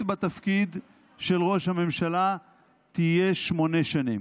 בתפקיד של ראש הממשלה תהיה שמונה שנים.